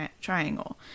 Triangle